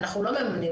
אנחנו לא מממנים,